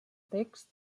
text